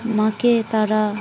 আমাকে তারা